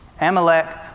Amalek